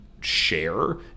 share